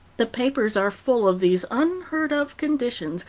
the papers are full of these unheard of conditions,